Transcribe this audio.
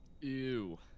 Ew